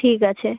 ঠিক আছে